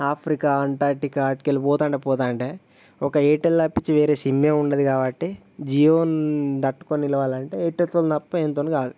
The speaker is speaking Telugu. ఆఫ్రికా అంటార్కిటికా అక్కడికెళ్ళి పోతుంటే పోతుంటే ఒక ఎయిర్టెల్ తప్పించి వేరే సిమ్మె ఉండదు కాబట్టి జియోని తట్టుకొని నిలవాలంటే ఎయిర్టెల్తో తప్ప దేనితో కాదు